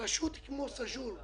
רשות כמו סאג'ור,